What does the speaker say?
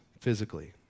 physically